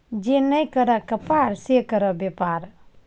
जे नहि करय कपाड़ से करय बेपार